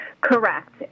correct